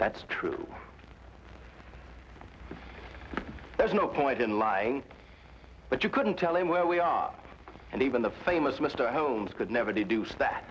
that's true there's no point in lying but you couldn't tell him where we are and even the famous mr holmes could never do stat